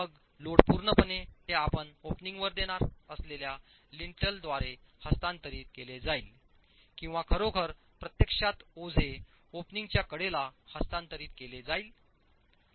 मग लोड पूर्णपणे ते आपण ओपनिंगवर देणार असलेल्या लिंटेलद्वारे हस्तांतरित केले जाईल किंवा खरोखर प्रत्यक्षात ओझे ओपनिंग च्या कडेला हस्तांतरित केले जाईल